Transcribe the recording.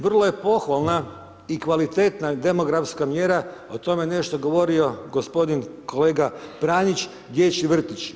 Vrlo je pohvalna i kvalitetna demografska mjera, o tome je nešto govorio g. kolega Pranić, dječji vrtić.